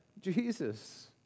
Jesus